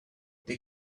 they